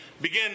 begin